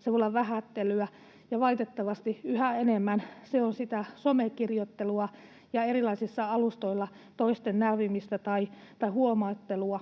se voi olla vähättelyä, ja valitettavasti yhä enemmän se on sitä some-kirjoittelua ja erilaisilla alustoilla toisten nälvimistä tai huomauttelua,